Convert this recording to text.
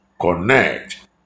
Connect